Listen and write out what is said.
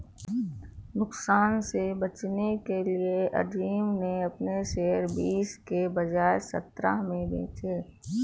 नुकसान से बचने के लिए अज़ीम ने अपने शेयर बीस के बजाए सत्रह में बेचे